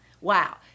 Wow